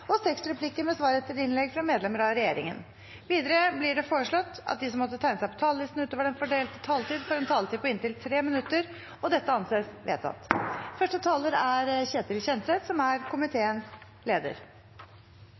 og seks replikker med svar etter innlegg fra medlemmer av regjeringen. Videre blir det foreslått at de som måtte tegne seg på talerlisten utover den fordelte taletid, får en taletid på inntil 3 minutter. – Det anses vedtatt. Representanten Ketil Kjenseth, komiteens leder